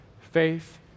Faith